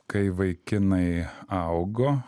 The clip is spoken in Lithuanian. kai vaikinai augo